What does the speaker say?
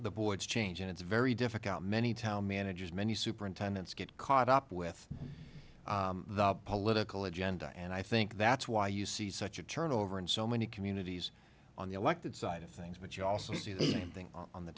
voice change and it's very difficult many town managers many superintendents get caught up with the political agenda and i think that's why you see such a turnover in so many communities on the elected side of things but you also see the same thing on the